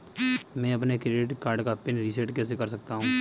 मैं अपने credit card का पिन रिसेट कैसे कर सकता हूँ?